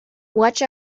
watch